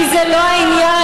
כי זה לא העניין.